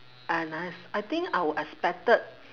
uh nice I think I would expected